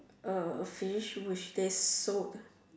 a fish which they sold